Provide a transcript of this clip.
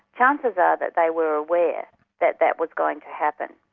chances are that they were aware that that was going to happen,